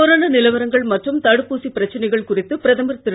கொரோனாநிலவரங்கள்மற்றும்தடுப்பூசிபிரச்சனைகள்குறித்துபிரத மர்திரு